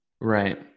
Right